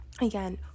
again